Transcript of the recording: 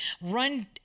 run